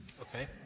okay